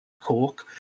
Cork